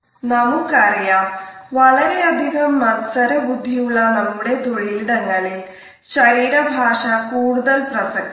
നമുക്കറിയാം വളരെ അധികം മത്സര ബുദ്ധിയുള്ള നമ്മുടെ തൊഴിലിടങ്ങളിൽ ശരീര ഭാഷ കൂടുതൽ പ്രസക്തമാണ്